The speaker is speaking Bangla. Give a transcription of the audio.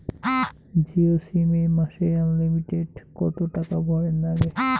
জিও সিম এ মাসে আনলিমিটেড কত টাকা ভরের নাগে?